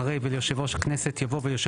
סעיף (ב1)(א) אחרי 'ויושב ראש הכנסת' יבוא 'ויושב